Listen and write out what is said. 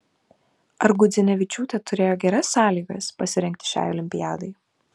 ar gudzinevičiūtė turėjo geras sąlygas pasirengti šiai olimpiadai